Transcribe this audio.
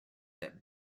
that